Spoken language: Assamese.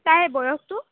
তাইৰ বয়সটো